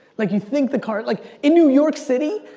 like you think the car, like in new york city,